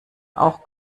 auch